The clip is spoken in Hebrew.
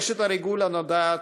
רשת הריגול הנודעת,